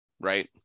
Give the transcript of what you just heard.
right